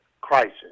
crisis